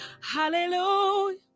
Hallelujah